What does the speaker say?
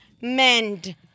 mend